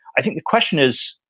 i think the question is,